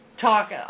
talk